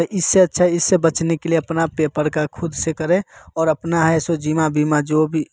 तो इससे अच्छा इससे बचने के लिए अपना पेपर का खुद से करें और अपना है सो जो जीवन बीमा जो भी